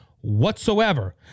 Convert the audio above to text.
whatsoever